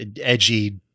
edgy